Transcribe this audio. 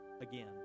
again